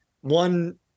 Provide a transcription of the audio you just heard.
one